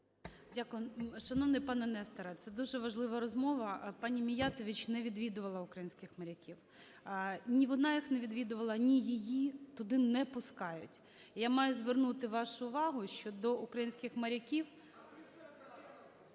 Дякую. Шановний пане Несторе, це дуже важлива розмова: пані Міятович не відвідувала українських моряків, ні вона їх не відвідувала, ні її туди не пускають. Я маю звернути вашу увагу, що до українських моряків…